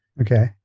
Okay